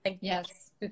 Yes